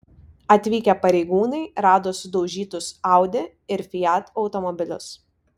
atvykę pareigūnai rado sudaužytus audi ir fiat automobilius